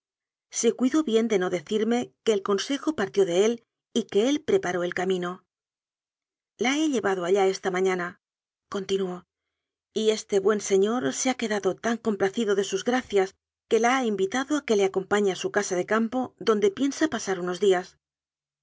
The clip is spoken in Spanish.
se cuidó bien de no decirme que el consejo partió de él y que él preparó el camino la he llevado allá esta ma ñanacontinuó y este buen señor ha quedado tan complacido de sus gracias que la ha invitado a que le acompañe a su casa de campo donde piensa pasar unos días